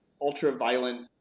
ultra-violent